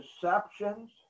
deceptions